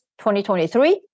2023